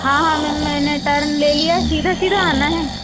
हाँ हाँ मैम मैंने टर्न ले लिया सीधा सीधा आना है